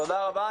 תודה רבה.